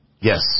Yes